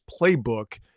playbook